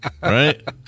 Right